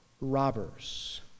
robbers